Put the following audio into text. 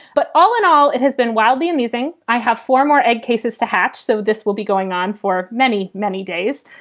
but all in all, it has been wildly amusing. i have four more egg cases to hatch, so this will be going on for many, many days.